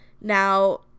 Now